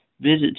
visit